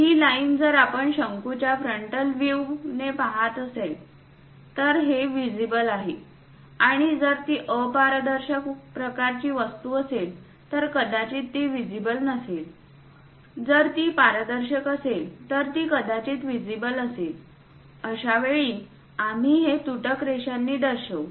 ही line जर आपण शंकूच्या फ्रंटल व्ह्यू पहात आहोत तर हे व्हिजिबल आहे आणि जर ती अपारदर्शक प्रकारची वस्तू असेल तर कदाचित ती व्हिजीबल नसेल जर ती पारदर्शक असेल तर ती कदाचित व्हिजीबल असेल अशावेळी आम्ही हे तुटक रेषांनी दर्शवू